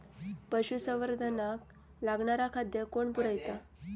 पशुसंवर्धनाक लागणारा खादय कोण पुरयता?